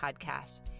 podcast